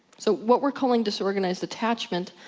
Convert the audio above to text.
so, what we're calling disorganized attachment,